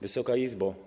Wysoka Izbo!